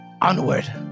onward